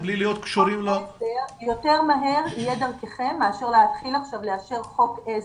יותר מהר יהיה דרככם מאשר להתחיל עכשיו לאשר חוק עזר.